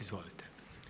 Izvolite.